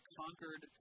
conquered